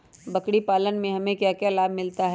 बकरी पालने से हमें क्या लाभ मिलता है?